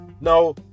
Now